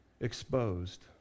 exposed